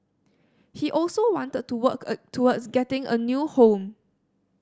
he also wanted to work a towards getting a new home